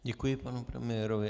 Děkuji panu premiérovi.